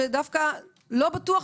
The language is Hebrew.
שדווקא לא בטוח,